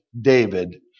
David